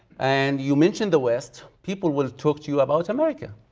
and you mention the west, people will talk to you about america